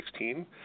2016